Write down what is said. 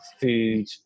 food